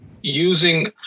using